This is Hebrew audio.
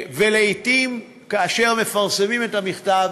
ולעתים כאשר מפרסמים את המכרז,